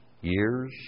years